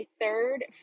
third